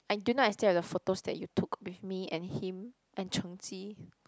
until now I still have the photos that you took with me and him and Cheng-Ji